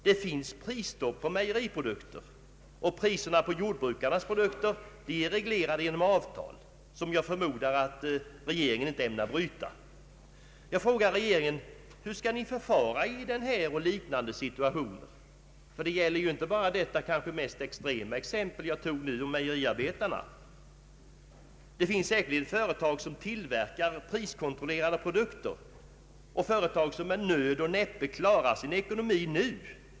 Det är prisstopp på mejeriprodukter, och priserna på jordbrukarnas produkter är reglerade genom avtal, vilka jag förmodar att regeringen inte ämnar bryta. Jag frågar hur regeringen tänker förfara i denna och liknande situationer. Det gäller ju inte bara detta extrema exempel med mejeriarbetarna. Det finns säkerligen företag som tillverkar priskontrollerade produkter och som med nöd och näppe nu klarar sin ekonomi.